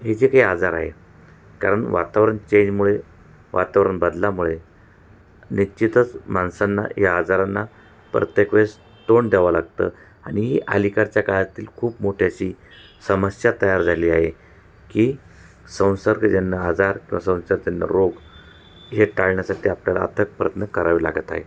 हे जे काही आजार आहे कारण वातावरण चेंजमुळे वातावरण बदलामुळे निश्चितच माणसांना या आजारांना प्रत्येक वेळेस तोंड द्यावं लागतं आणि अलिकडच्या काळातील खूप मोठे अशी समस्या तयार झाली आहे की संसर्गजन्य आजार किंवा संसर्गजन्य रोग हे टाळण्यासाठी आपल्याला अथक प्रयत्न करावे लागत आहे